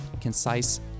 concise